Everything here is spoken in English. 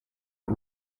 use